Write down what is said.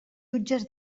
jutges